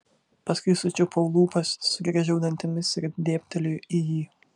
paskui sučiaupiu lūpas sugriežiu dantimis ir dėbteliu į jį